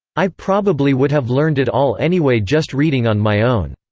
i probably would have learned it all anyway just reading on my own.